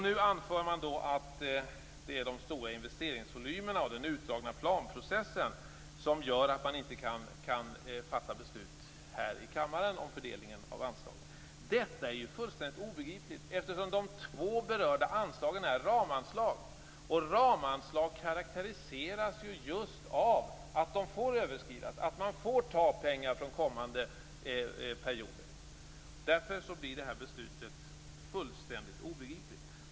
Nu anför man att det är de stora investeringsvolymerna och den utdragna planprocessen som gör att man inte kan fatta beslut här i kammaren om fördelning av anslagen. Detta är ju helt obegripligt, eftersom de båda anslagen är ramanslag. Ramanslag karakteriseras ju just av att de får överskridas, att man får ta pengar från kommande perioder. Därför blir beslutet fullständigt obegripligt.